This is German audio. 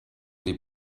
die